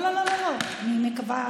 לא, לא, אני מקווה,